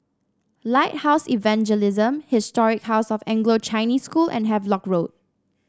Lighthouse Evangelism Historic House of Anglo Chinese School and Havelock Road